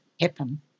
happen